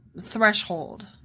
threshold